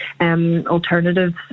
alternatives